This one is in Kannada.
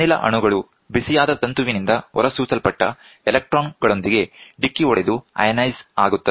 ಅನಿಲ ಅಣುಗಳು ಬಿಸಿಯಾದ ತಂತುವಿನಿಂದ ಹೊರಸೂಸಲ್ಪಟ್ಟ ಎಲೆಕ್ಟ್ರಾನ್ ಗಳೊಂದಿಗೆ ಡಿಕ್ಕಿ ಹೊಡೆದು ಅಯಾನೈಸ್ ಆಗುತ್ತದೆ